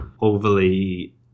overly